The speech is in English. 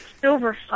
silver